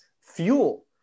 fuel